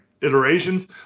iterations